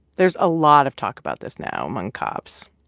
there's a lot of talk about this now among cops.